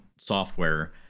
software